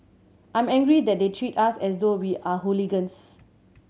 I'm angry that they treat us as though we are hooligans